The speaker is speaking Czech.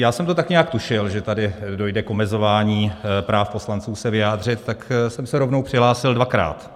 Já jsem to tak nějak tušil, že tady dojde k omezování práv poslanců se vyjádřit, tak jsem se rovnou přihlásil dvakrát.